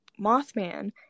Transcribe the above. Mothman